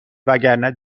وگرنه